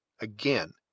again